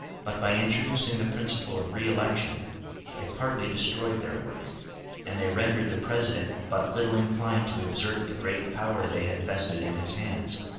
but by introducing the principle of re-election they partly destroyed their work and they rendered the president but little inclined to exert the great power they had vested in his hands.